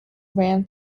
ran